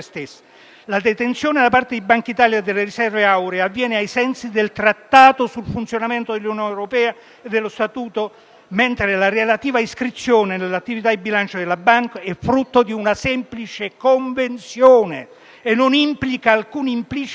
La detenzione da parte di Bankitalia delle riserve auree avviene ai sensi del Trattato sul funzionamento dell'Unione europea e dello statuto SEBC mentre la relativa iscrizione nell'attivo di bilancio della banca è frutto di una semplice convenzione e non implica alcun implicito diritto